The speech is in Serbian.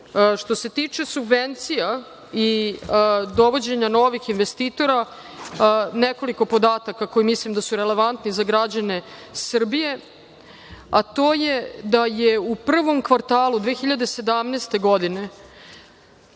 se tiče subvencija i dovođenja novih investitora, nekoliko podataka za koje mislim da su relevantni za građane Srbije, a to je da je u prvom kvartalu 2017. godine